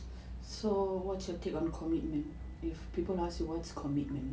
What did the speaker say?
so what's your take on commitment if people ask you what's commitment